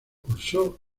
cursó